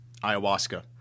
Ayahuasca